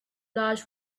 large